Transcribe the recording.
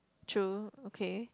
true okay